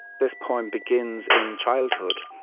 this poem begins in childhood,